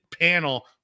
panel